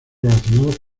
relacionados